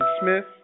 Smith